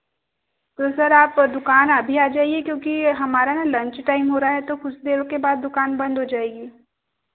तो सर आप दुकान अभी आ जाईए हमारा न लंच टाइम हो रहा है तो कुछ देर के बाद दुकान बंद हो जाएगी